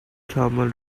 thermal